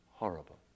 horrible